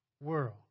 world